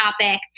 topic